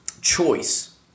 choice